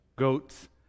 goats